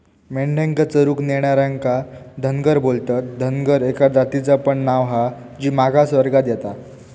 मेंढ्यांका चरूक नेणार्यांका धनगर बोलतत, धनगर एका जातीचा पण नाव हा जी मागास वर्गात येता